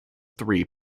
three